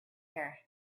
here